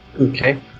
Okay